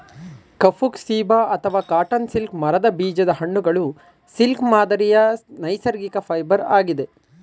ಕಫುಕ್ ceiba ಅಥವಾ cotton silk ಮರದ ಬೀಜದ ಹಣ್ಣುಗಳು ಸಿಲ್ಕ್ ಮಾದರಿಯ ನೈಸರ್ಗಿಕ ಫೈಬರ್ ಆಗಿದೆ